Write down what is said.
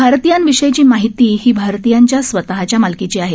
भारतीयांविषयीची माहिती ही भारतीयांच्या स्वतःच्या मालकीची आहे